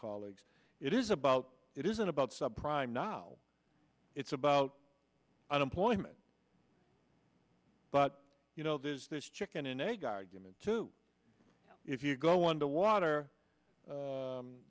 colleagues it is about it isn't about subprime now it's about unemployment but you know there's this chicken and egg argument too if you go under water